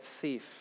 thief